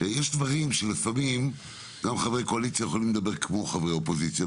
יש דברים שלפעמים גם חברי קואליציה יכולים לדבר כמו חברי אופוזיציה.